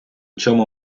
цьому